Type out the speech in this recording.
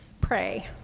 Pray